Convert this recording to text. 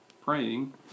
praying